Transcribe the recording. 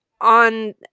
on